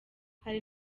hari